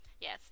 Yes